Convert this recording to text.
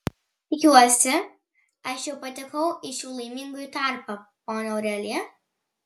tikiuosi aš jau patekau į šių laimingųjų tarpą ponia aurelija